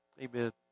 Amen